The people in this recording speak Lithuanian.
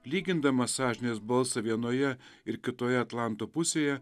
lygindamas sąžinės balsą vienoje ir kitoje atlanto pusėje